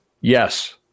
yes